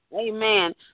Amen